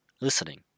listening